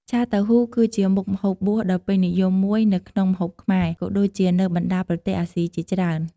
ឆាតៅហ៊ូ គឺជាមុខម្ហូបបួសដ៏ពេញនិយមមួយនៅក្នុងម្ហូបខ្មែរ ក៏ដូចជានៅបណ្ដាប្រទេសអាស៊ីជាច្រើន។